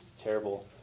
terrible